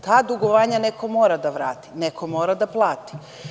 Ta dugovanja neko mora da vrati, neko mora da plati.